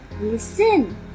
listen